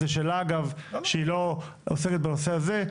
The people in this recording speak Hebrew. אגב, זו שאלה אגב שהיא לא עוסקת בנושא הזה.